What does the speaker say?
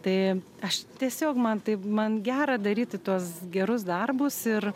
tai aš tiesiog man taip man gera daryti tuos gerus darbus ir